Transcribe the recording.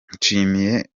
nshimiye